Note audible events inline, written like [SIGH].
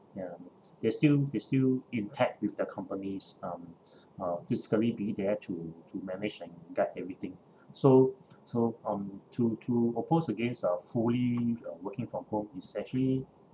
ya they're still they're still intact with their companies um [BREATH] uh physically be there to to manage and guide everything so so um to to oppose against uh fully uh working from work is actually